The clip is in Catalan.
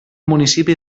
municipi